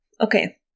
Okay